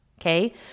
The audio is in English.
Okay